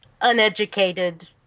uneducated